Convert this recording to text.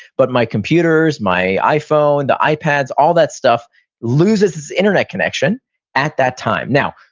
but my computers, my iphone, the ipads, all that stuff loses its internet connection at that time. now,